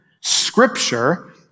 Scripture